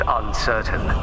uncertain